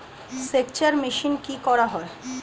সেকচার মেশিন কি করা হয়?